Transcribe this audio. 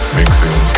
mixing